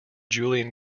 julian